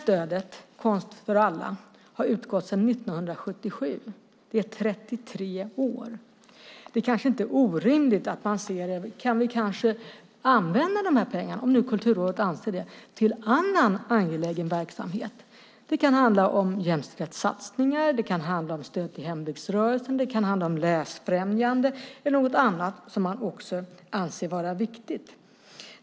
Stödet Konst åt alla har utgått sedan 1977. Det är 33 år. Det kanske inte är orimligt att man ser om man kan använda de pengarna - om nu Kulturrådet anser det - till annan angelägen verksamhet. Det kan handla om jämställdhetssatsningar, om stöd till hembygdsrörelsen, om läsfrämjande eller något annat som man anser vara viktigt.